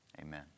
amen